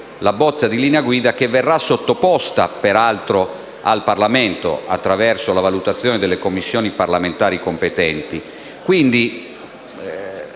la bozza di linea guida che, peraltro, verrà sottoposta al Parlamento attraverso la valutazione delle Commissioni parlamentari competenti.